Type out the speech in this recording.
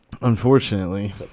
unfortunately